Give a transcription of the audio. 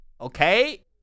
Okay